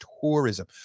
tourism